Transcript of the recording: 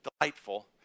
delightful